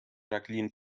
jacqueline